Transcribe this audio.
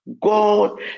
God